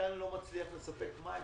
המתקן לא מצליח לספק מים,